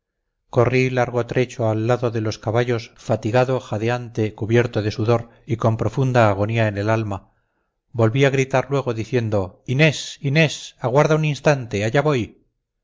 corrí largo trecho al lado de los caballos fatigado jadeante cubierto de sudor y con profunda agonía en el alma volví a gritar luego diciendo inés inés aguarda un instante allá voy